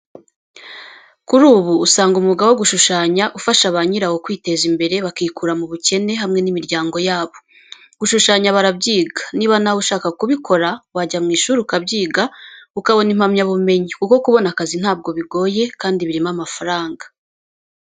Kuri ubu usanga umwuga wo gushushanya ufasha ba nyirawo kwiteza imbere bakikura mu bukene hamwe n'imiryango yabo. Gushushanya barabyiga, niba nawe ushaka kubikora wajya mu ishuri ukabyiga ukabona impamyabumenyi kuko kubona akazi ntabwo bigoye kandi birimo amafaranga.